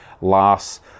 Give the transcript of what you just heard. last